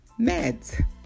meds